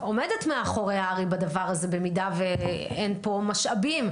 עומדת מאחורי הר"י בדבר הזה במידה ואין פה משאבים.